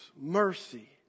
mercy